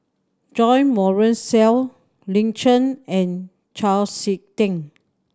Jo Marion Seow Lin Chen and Chau Sik Ting